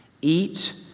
eat